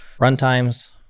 Runtimes